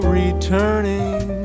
returning